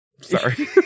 sorry